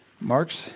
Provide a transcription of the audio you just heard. Mark's